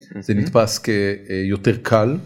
זה נתפס כיותר קל.